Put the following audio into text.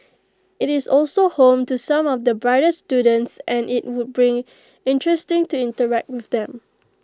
IT is also home to some of the brightest students and IT would be interesting to interact with them